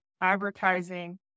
advertising